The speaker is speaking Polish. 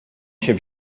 się